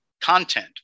content